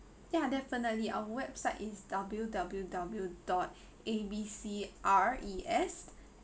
ya definitely our website is W W W dot A B C R E S